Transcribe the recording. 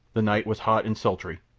the night was hot and sultry.